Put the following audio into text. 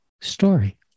story